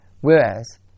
Whereas